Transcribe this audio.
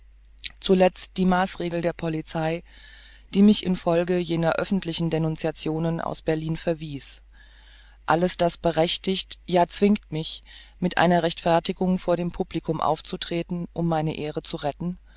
zuletzt die maßregel der polizei die mich in folge jener öffentlichen denunciationen aus berlin verwies alles das berechtigt ja zwingt mich mit einer rechtfertigung vor dem publikum aufzutreten um meine ehre zu retten